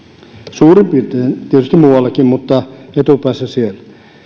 suurin piirtein tietysti muuallakin mutta etupäässä siellä